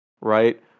right